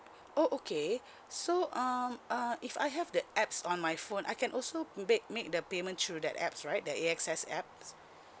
oh okay so um uh if I have the apps on my phone I can also make make the payment through the apps right the A_X_S apps